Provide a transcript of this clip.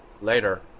later